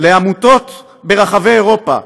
לעמותות ברחבי אירופה,